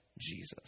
Jesus